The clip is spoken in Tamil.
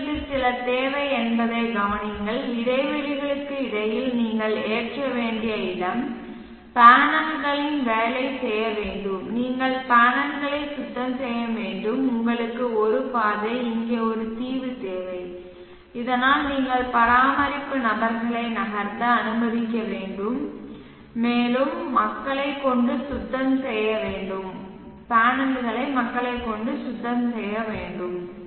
உங்களுக்கு சில தேவை என்பதைக் கவனியுங்கள் இடைவெளிகளுக்கு இடையில் நீங்கள் ஏற்ற வேண்டிய இடம் பேனல்களில் வேலை செய்ய வேண்டும் நீங்கள் பேனல்களை சுத்தம் செய்ய வேண்டும் உங்களுக்கு ஒரு பாதை இங்கே ஒரு தீவு தேவை இதனால் நீங்கள் பராமரிப்பு நபர்களை நகர்த்த அனுமதிக்க வேண்டும் மேலும் மக்களை சுத்தம் செய்யவும் பராமரிக்கவும் சுத்தம் செய்ய வேண்டும் பேனல்கள்